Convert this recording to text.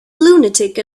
lunatic